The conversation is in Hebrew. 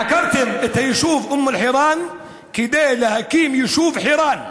עקרתם את היישוב אום אל-חיראן כדי להקים את היישוב חירן,